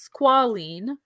squalene